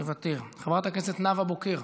מוותר, חברת הכנסת נאוה בוקר,